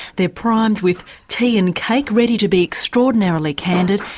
they are primed with tea and cake ready to be extraordinarily candid,